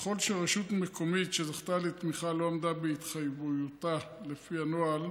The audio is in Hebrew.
ככל שרשות מקומית שזכתה לתמיכה לא עמדה בהתחייבותה לפי הנוהל,